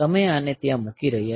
તમે આને ત્યાં મૂકી રહ્યાં છો